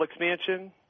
expansion